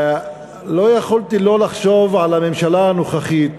לא יכולתי לחשוב על הממשלה הנוכחית